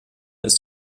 ist